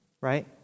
right